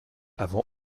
avant